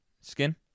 Skin